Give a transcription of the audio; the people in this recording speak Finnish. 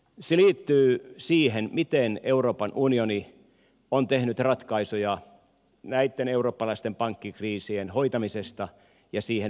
se liittyy siihen miten euroopan unioni on tehnyt ratkaisuja näitten eurooppalaisten pankkikriisien hoitamisesta ja niihin varautumisesta